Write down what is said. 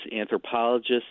anthropologists